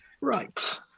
right